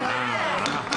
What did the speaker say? חלאס.